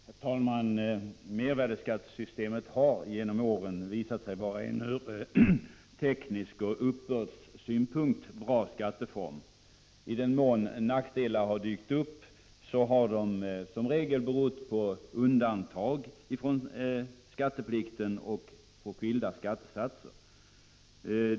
Herr talman! Mervärdeskattesystemet har genom åren visat sig vara en ur teknisk synpunkt och ur uppbördssynpunkt bra skatteform. I den mån nackdelar har dykt upp har de som regel berott på undantag från skatteplikten och på skilda skattesatser.